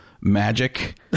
magic